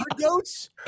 goats